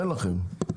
אין לכם.